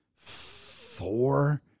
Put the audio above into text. four